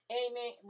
amen